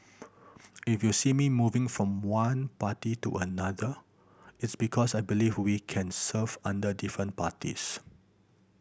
if you see me moving from one party to another it's because I believe we can serve under different parties